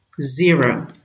zero